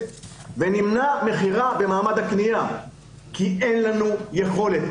ונמנע מכירה במעמד הקנייה כי אין לנו יכולת,